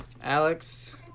Alex